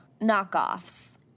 knockoffs